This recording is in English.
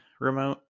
remote